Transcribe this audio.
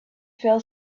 fell